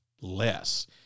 less